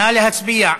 נא להצביע.